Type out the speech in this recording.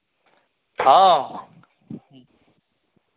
हँ